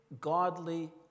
godly